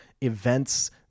events